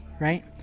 right